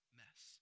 mess